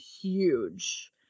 huge